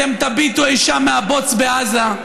אתם תביטו אי-שם מהבוץ בעזה.